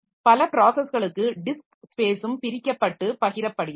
பல ப்ராஸஸ்களுக்கு டிஸ்க் ஸ்பேஸும் பிரிக்கப்பட்டு பகிரப்படுகிறது